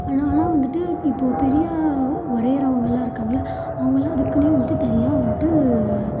ஆனால் ஆனால் வந்துவிட்டு இப்போ பெரிய வரையிறவங்களாம் இருக்காங்கள்ல அவங்கள் எல்லாம் அதுக்குன்னே வந்துவிட்டு தனியாக வந்துட்டு